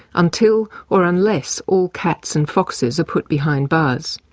until or unless all cats and foxes are put behind bars?